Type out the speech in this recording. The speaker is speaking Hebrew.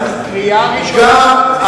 קריאה ראשונה.